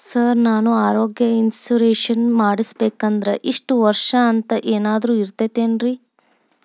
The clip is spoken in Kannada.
ಸರ್ ನಾನು ಆರೋಗ್ಯ ಇನ್ಶೂರೆನ್ಸ್ ಮಾಡಿಸ್ಬೇಕಂದ್ರೆ ಇಷ್ಟ ವರ್ಷ ಅಂಥ ಏನಾದ್ರು ಐತೇನ್ರೇ?